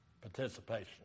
participation